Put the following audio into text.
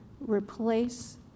replace